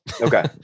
Okay